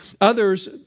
Others